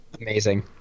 Amazing